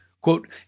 Quote